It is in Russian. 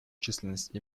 численность